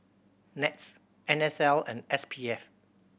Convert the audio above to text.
NETS N S L and S P F